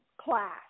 class